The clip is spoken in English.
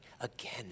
again